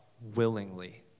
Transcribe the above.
willingly